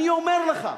אני אומר לך,